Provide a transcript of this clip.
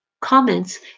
Comments